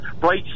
bright